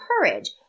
courage